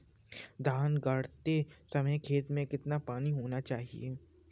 धान गाड़ते समय खेत में कितना पानी होना चाहिए?